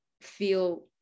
feel